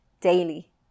daily